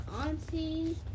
auntie